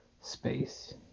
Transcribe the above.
space